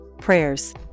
prayers